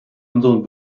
unseren